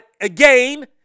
again